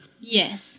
Yes